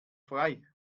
frei